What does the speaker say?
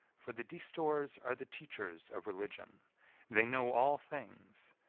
for the destours are the teachers of religion they know all things,